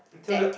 until the